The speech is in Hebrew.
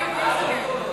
תמר זנדברג?